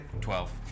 Twelve